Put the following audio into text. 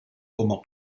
como